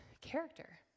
character